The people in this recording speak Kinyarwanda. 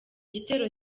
gitero